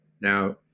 Now